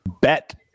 Bet